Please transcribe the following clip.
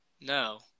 No